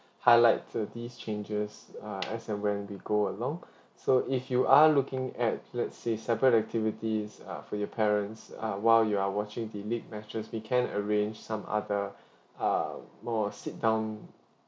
highlight the these changes uh as and when we go along so if you are looking at let's say separate activities uh for your parents uh while you are watching the league matches we can arrange some other err more sit down